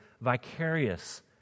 vicarious